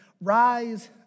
rise